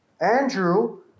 Andrew